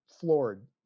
floored